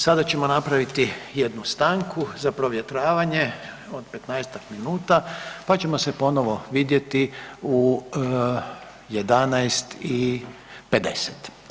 Sada ćemo napraviti jednu stanku za provjetravanje od 15-tak minuta, pa ćemo se ponovo vidjeti u 11 i 50.